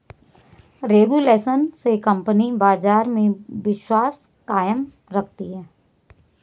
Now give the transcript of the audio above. regulation से company बाजार में विश्वास कायम रखती है